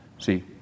See